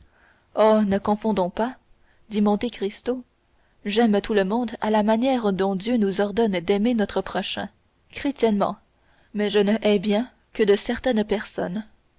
oh ne confondons pas dit monte cristo j'aime tout le monde à la manière dont dieu nous ordonne d'aimer notre prochain chrétiennement mais je ne hais bien que de certaines personnes